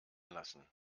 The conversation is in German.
lassen